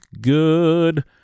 good